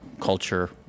culture